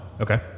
Okay